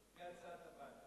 על-פי הצעת הוועדה.